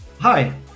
Hi